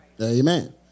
amen